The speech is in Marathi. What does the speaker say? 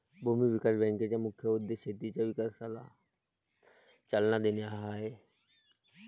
भूमी विकास बँकेचा मुख्य उद्देश शेतीच्या विकासाला चालना देणे हा आहे